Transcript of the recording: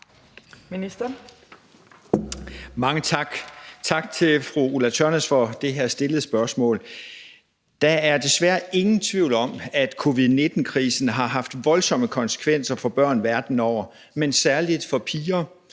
Mange tak, og tak til fru Ulla Tørnæs for det her stillede spørgsmål. Der er desværre ingen tvivl om, at covid-19-krisen har haft voldsomme konsekvenser for børn verden over, men særlig for piger